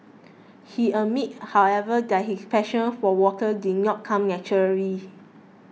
he admits however that his passion for water did not come naturally